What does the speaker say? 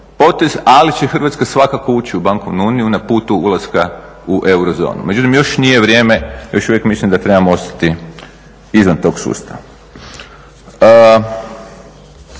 potez, ali će Hrvatska svakako ući u bankovnu uniju na putu ulaska u Eurozonu. Međutim, još nije vrijeme, još uvijek mislim da trebamo ostati izvan tog sustava.